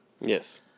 Yes